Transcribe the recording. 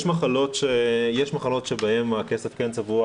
יש מחלות שבהן הכסף כן צבוע,